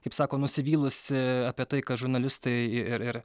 kaip sako nusivylusi apie tai kad žurnalistai ir ir